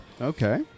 Okay